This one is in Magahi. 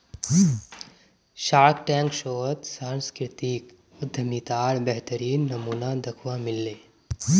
शार्कटैंक शोत सांस्कृतिक उद्यमितार बेहतरीन नमूना दखवा मिल ले